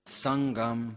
sangam